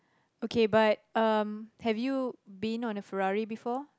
okay but have you been on a ferrari before